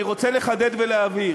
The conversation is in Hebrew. אני רוצה לחדד ולהבהיר: